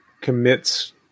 commits